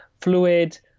fluid